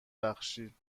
بخشیم